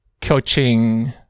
coaching